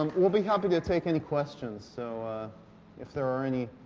and we'll be happy to take any questions. so if there are any